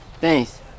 Thanks